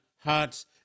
hearts